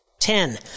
Ten